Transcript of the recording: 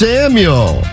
Samuel